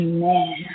Amen